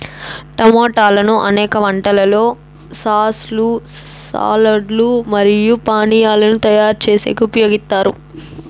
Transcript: టమోటాలను అనేక వంటలలో సాస్ లు, సాలడ్ లు మరియు పానీయాలను తయారు చేసేకి ఉపయోగిత్తారు